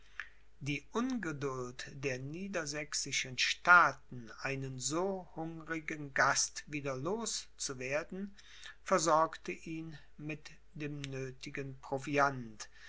die ungeduld der niedersächsischen staaten einen so hungrigen gast wieder los zu werden versorgte ihn mit dem nöthigen proviant